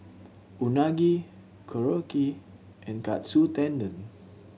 Unagi Korokke and Katsu Tendon